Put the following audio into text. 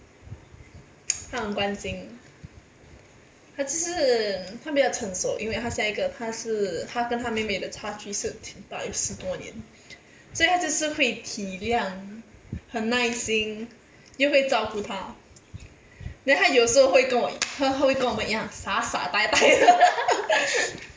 他很关心他就是他比较成熟因为他像一个他是他跟她妹妹的差距是挺大有十多年所以他就是会体谅很耐心又会照顾她 then 他有时候会跟我他会跟我们一样傻傻呆呆的